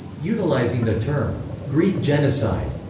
utilising the term greek genocide,